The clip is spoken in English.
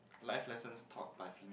life lesson taught by female